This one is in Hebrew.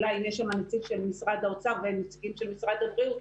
אם יש שם נציג של משרד האוצר ונציגים של משרד הבריאות,